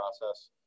process